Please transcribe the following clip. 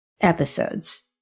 episodes